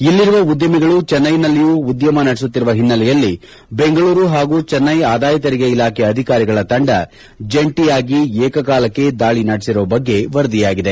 ಇಲ್ಲಿರುವ ಉದ್ಯಮಿಗಳು ಚೆನ್ನೈನಲ್ಲಿಯೂ ಉದ್ಯಮ ನಡೆಸುತ್ತಿರುವ ಹಿನ್ನೆಲೆಯಲ್ಲಿ ಬೆಂಗಳೂರು ಹಾಗೂ ಚೆನ್ನೈ ಆದಾಯ ತೆರಿಗೆ ಇಲಾಖೆ ಅಧಿಕಾರಿಗಳ ತಂಡ ಜಂಟಿಯಾಗಿ ಏಕೆಕಾಲಕ್ಕೆ ದಾಳಿ ನಡೆಸಿರುವ ಬಗ್ಗೆ ವರದಿಯಾಗಿದೆ